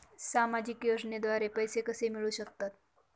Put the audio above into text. सामाजिक योजनेद्वारे पैसे कसे मिळू शकतात?